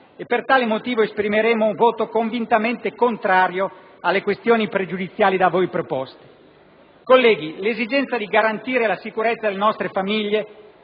e per tale motivo esprimeremo un voto convintamente contrario alle questioni pregiudiziali da voi proposte. Colleghi, l'esigenza di garantire la sicurezza alle nostre famiglie